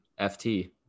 FT